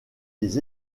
des